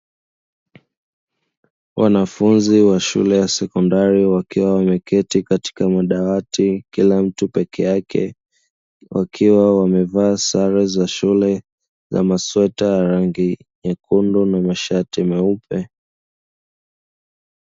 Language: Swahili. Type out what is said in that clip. Wanafunzi wa shule ya sekondari wakiwa wameketi katika madawati kila mtu peke yake wakiwa wamevaa sare za shule na masweta ya rangi nyekundu na mashati meupe.